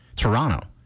Toronto